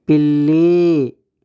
పిల్లి